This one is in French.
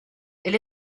elle